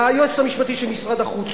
היועצת המשפטית של משרד החוץ,